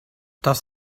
das